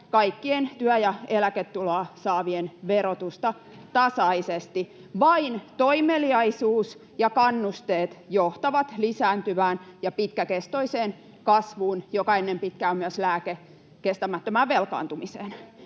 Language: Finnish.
kaikkien työ- ja eläketuloa saavien verotusta tasaisesti. Vain toimeliaisuus ja kannusteet johtavat lisääntyvään ja pitkäkestoiseen kasvuun, joka ennen pitkää on myös lääke kestämättömään velkaantumiseen.